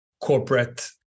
corporate